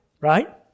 Right